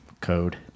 code